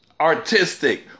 Artistic